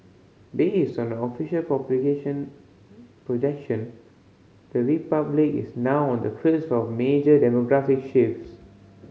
based on official population projection the Republic is now on the cusp of major demographic shifts